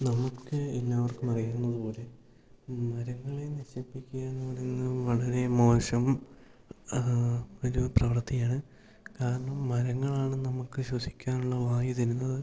നമുക്ക് എല്ലാവർക്കും അറിയാവുന്നതുപോലെ മരങ്ങളെ നശിപ്പിക്കുകയെന്നു പറയുന്നത് വളരെ മോശം ഒരു പ്രവൃത്തിയാണ് കാരണം മരങ്ങളാണ് നമുക്ക് ശ്വസിക്കുവാനുള്ള വായു തരുന്നത്